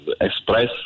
express